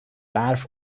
برف